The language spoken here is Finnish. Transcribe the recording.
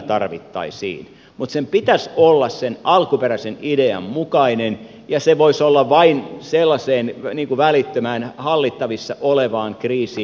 mutta sen pitäisi olla sen alkuperäisen idean mukainen ja se voisi olla vain sellaiseen välittömään hallittavissa olevaan kriisiin